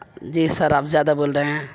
جی sir آپ زیادہ بول رہے ہیں